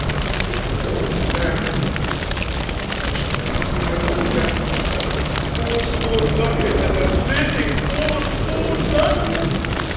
stick'st a dagger in me i shall never see my gold again fourscore ducats at a sitting fourscore ducats!